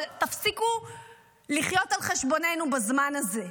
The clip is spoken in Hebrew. אבל תפסיקו לחיות על חשבוננו בזמן הזה.